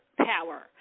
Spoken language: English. power